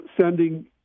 sending